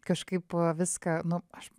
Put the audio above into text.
kažkaip viską nu aš